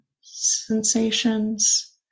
sensations